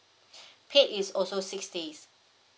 paid is also six days